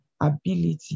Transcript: ability